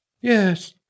Yes